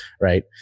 right